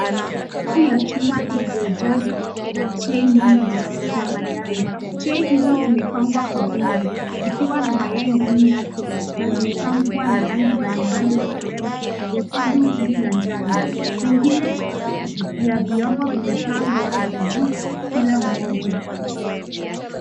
Rafu ya chuma iliyojazwa na trei nyingi za mayai. Trei hizo zimepangwa kwa wingi zikiwa na mayai ndani yake na zimepambwa na rangi mbalimbali kama nyekundu, buluu na njano. Nyingine na vyombo vimepangwa juu kila mmoja.